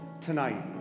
tonight